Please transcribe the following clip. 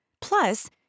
Plus